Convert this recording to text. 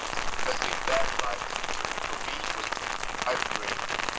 suggesting that life for me was just a pipe dream.